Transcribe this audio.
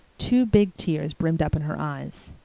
two big tears brimmed up in her eyes.